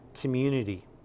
community